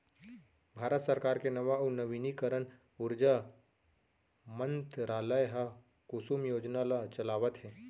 भारत सरकार के नवा अउ नवीनीकरन उरजा मंतरालय ह कुसुम योजना ल चलावत हे